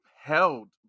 held